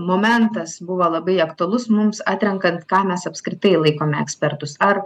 momentas buvo labai aktualus mums atrenkant ką mes apskritai laikome ekspertus ar